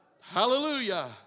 Hallelujah